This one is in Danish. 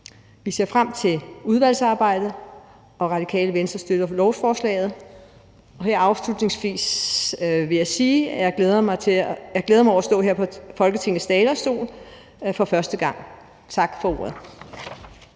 Vi ser frem til udvalgsarbejdet, og Radikale Venstre støtter lovforslaget. Og her afslutningsvis vil jeg sige, at jeg glæder mig over at stå her på Folketingets talerstol for første gang. Tak for ordet.